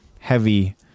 Heavy